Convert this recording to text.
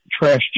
trash